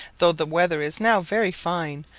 though the weather is now very fine,